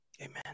Amen